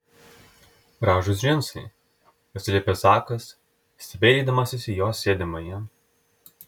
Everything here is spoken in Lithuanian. gražūs džinsai atsiliepė zakas stebeilydamasis į jos sėdimąją